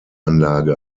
anlage